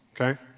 okay